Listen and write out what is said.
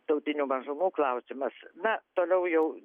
tautinių mažumų klausimas na toliau jau